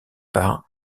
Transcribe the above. par